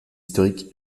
historiques